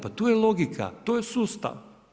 Pa tu je logika, to je sustav.